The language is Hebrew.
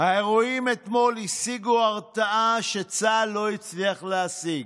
האירועים אתמול השיגו הרתעה שצה"ל לא הצליח להשיג,